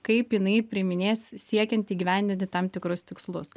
kaip jinai priiminės siekiant įgyvendinti tam tikrus tikslus